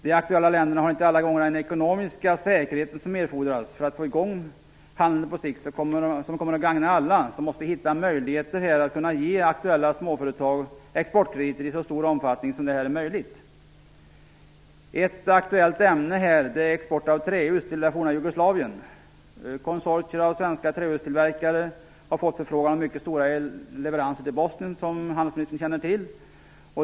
De aktuella länderna har inte alla gånger den ekonomiska säkerhet som erfordras. För att få i gång en handel som på sikt kommer att gagna alla, måste vi finna möjligheter att ge aktuella småföretag exportkrediter i så stor omfattning som det är möjligt. Ett aktuellt ämne är export av trähus till det forna Jugoslavien. Konsortier för svenska trähustillverkare har fått förfrågningar om mycket stora leveranser till Bosnien, som handelsministern känner till.